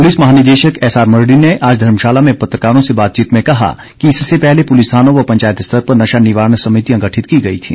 police महानिदेशक S R Mardi ने आज धर्मशाला में पत्रकारों से बातचीत में कहा कि इससे पहले पुलिस थानों व पंचायत स्तर पर नशा निवारण समितियां गठित की गई थी